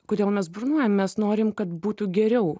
kodėl mes burnojam mes norim kad būtų geriau